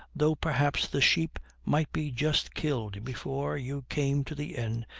though perhaps the sheep might be just killed before you came to the inn,